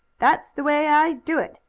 that's the way i do it!